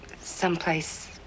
someplace